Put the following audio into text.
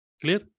Clear